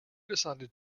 decided